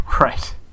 Right